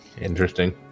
Interesting